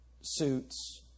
suits